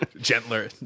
Gentler